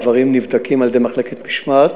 הדברים נבדקים על-ידי מחלקת משמעת,